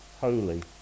holy